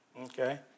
Okay